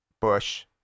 bush